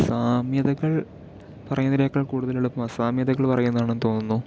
സാമ്യതകൾ പറയുന്നതിനേക്കാൾ കൂടുതൽ എളുപ്പമാണ് അസാമ്യതകൾ പറയുന്നതാണെന്ന് തോന്നുന്നു